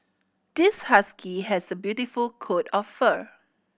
this husky has a beautiful coat of fur